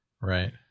right